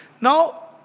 Now